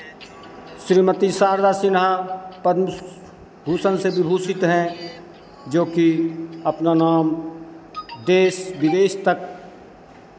श्रीमती शारदा सिन्हा पद्म भूषण से विभूषित हैं जोकि अपना नाम देश विदेश तक